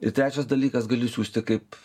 ir trečias dalykas gali siųsti kaip